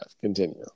Continue